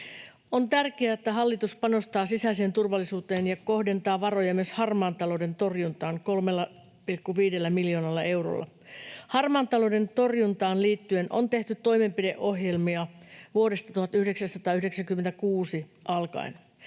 On tärkeää, että hallitus panostaa sisäiseen turvallisuuteen ja kohdentaa varoja myös harmaan talouden torjuntaan 3,5 miljoonalla eurolla. Harmaan talouden torjuntaan liittyen on vuodesta 1996 alkaen